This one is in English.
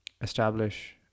establish